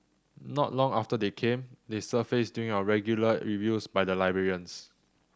not long after they came they surfaced during our regular reviews by the librarians